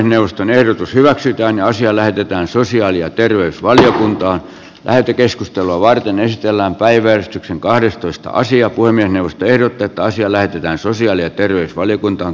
puhemiesneuvosto ehdottaa että asia lähetetään sosiaali ja terveysvaliokuntaan lähetekeskustelua varten yhtiöllä on päivystyksen kahdestoista asia kuin minusta ehdotetaan siellä käy sosiaali ja terveysvaliokuntaan